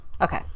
Okay